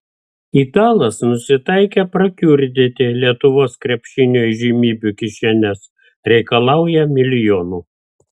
italas nusitaikė prakiurdyti lietuvos krepšinio įžymybių kišenes reikalauja milijonų